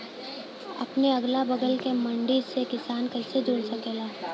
अपने अगला बगल के मंडी से किसान कइसे जुड़ सकेला?